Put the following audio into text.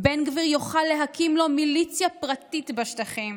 'בן גביר יוכל להקים לו מיליציה פרטית בשטחים',